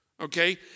okay